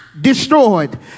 destroyed